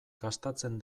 gastatzen